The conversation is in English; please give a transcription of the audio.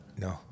No